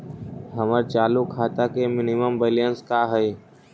हमर चालू खाता के मिनिमम बैलेंस का हई?